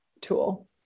tool